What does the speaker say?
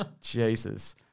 Jesus